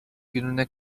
gününe